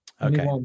okay